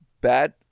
bad